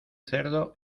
cerdo